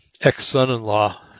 ex-son-in-law